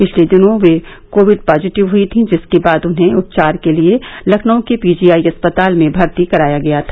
पिछले दिनों वह कोविड पॉजिटिव हई थीं जिसके बाद उन्हें उपचार के लिए लखनऊ के पीजीआई अस्पताल में भर्ती कराया गया था